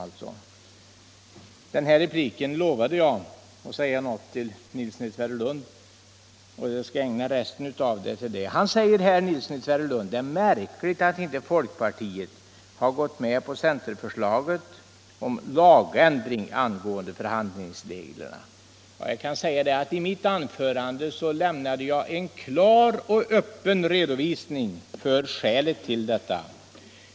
Jag har lovat att i denna replik säga något till herr Nilsson i Tvärålund, och jag skall ägna resten av repliken åt honom. Herr Nilsson i Tvärålund säger att det är märkligt att folkpartiet inte har gått med på centerförslaget om ändring av lagförslaget i vad gäller förhandlingsreglerna. Jag lämnade i mitt anförande en klar och öppen redovisning för skälet till detta.